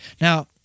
Now